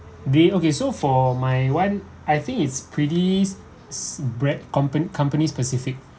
they okay so for my one I think it's pretty bran~ compan~ company specific